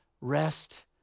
rest